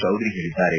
ಚೌಧರಿ ಹೇಳಿದ್ದಾರೆ